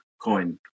coin